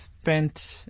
spent